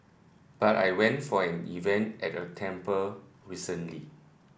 but I went for an event at a temple recently